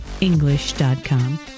English.com